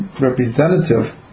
representative